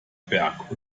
berg